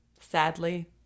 Sadly